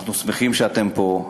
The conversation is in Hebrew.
אנחנו שמחים שאתם פה.